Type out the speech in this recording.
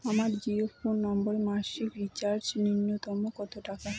আমার জিও ফোন নম্বরে মাসিক রিচার্জ নূন্যতম কত টাকা?